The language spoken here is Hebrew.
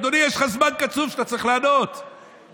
אדוני, יש לך זמן קצוב שאתה צריך לענות בו.